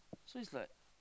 so is like